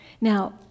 Now